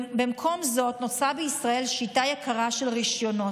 במקום זאת נוצרה בישראל שיטה יקרה של רישיונות.